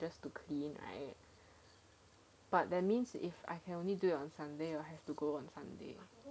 just to check in right but that means if I can only do on sunday you will have to go on sunday